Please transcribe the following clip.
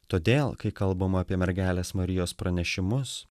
todėl kai kalbama apie mergelės marijos pranešimus